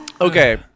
Okay